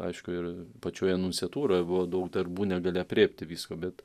aišku ir pačioje nunciatūroje buvo daug darbų negali aprėpti visko bet